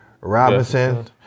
Robinson